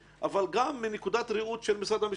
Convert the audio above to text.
אבל גם מנקודת ראות של משרד המשפטים,